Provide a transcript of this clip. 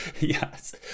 yes